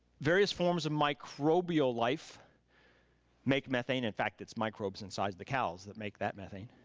various forms of microbial life make methane, in fact it's microbes inside the cows that make that methane.